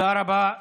תודה רבה,